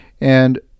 And-